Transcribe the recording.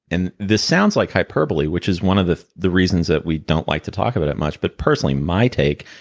and this sounds like hyperbole, which is one of the the reasons that we don't like to talk about it much. but personally, my take,